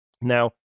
Now